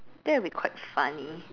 that would be quite funny